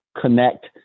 connect